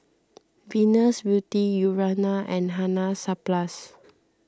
Venus Beauty Urana and Hansaplast